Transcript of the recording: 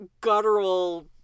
guttural